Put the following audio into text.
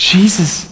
Jesus